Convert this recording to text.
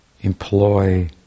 employ